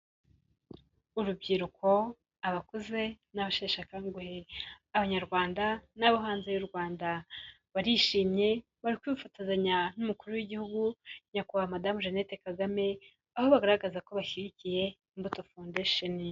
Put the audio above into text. Urubyiruko, abakuze n'abasheshe akanguhe, abanyarwanda n'abo hanze y'u Rwanda. Barishimye bari kwifatozanya n'umukuru w'igihugu Nyakubahwa Madamu Jeannette Kagame, aho bagaragaza ko bashyigikiye imbuto foundation.